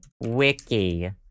Wiki